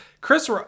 chris